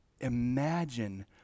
Imagine